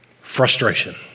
frustration